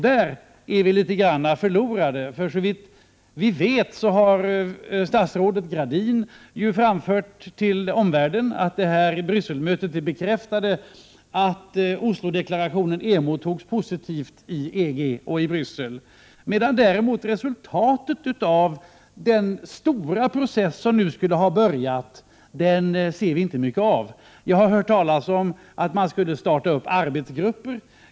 Där är vi litet grand förlorade, för såvitt vi vet har statsrådet Gradin ju framfört till omvärlden att Brysselmötet bekräftade att Oslo-deklarationen emottogs positivt i EG och i Bryssel, medan vi däremot inte ser mycket av resultatet av den stora process som nu skulle ha börjat. Jag har hört talas om att man skulle starta upp arbetsgrupper.